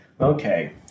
okay